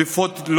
בשותפות,